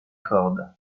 corde